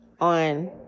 on